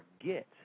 forget